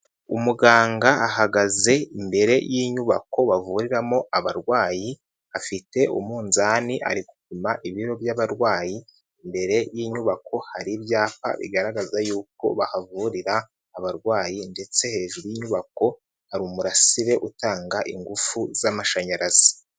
Umuganga ahagaze imbere y'inyubako bavuriramo abarwayi, afite umunzani ari gupima ibiro by'abarwayi, imbere y'inyubako hari ibyapa bigaragaza yuko bahavurira abarwayi ndetse hejuru y'inyubako hari umurasire utanga ingufu z'amashanyarazi.